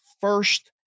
first